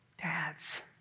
Dads